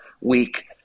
week